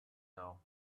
now